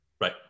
Right